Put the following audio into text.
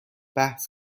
بحث